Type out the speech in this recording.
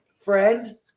friend